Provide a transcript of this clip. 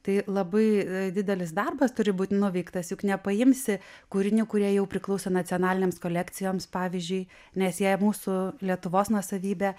tai labai didelis darbas turi būt nuveiktas juk nepaimsi kūrinių kurie jau priklauso nacionalinėms kolekcijoms pavyzdžiui nes jie mūsų lietuvos nuosavybė